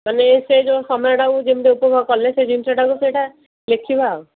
ମାନେ ସେଇ ଯେଉଁ ସମୟଟାକୁ ଯେମିତି ଉପଭୋଗ କଲେ ସେଇ ଜିନିଷଟାକୁ ସେଇଟା ଲେଖିବା ଆଉ